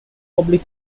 public